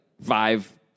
five